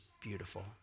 beautiful